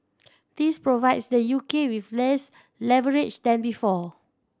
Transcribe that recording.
this provides the U K with less leverage than before